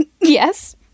Yes